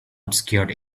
obscured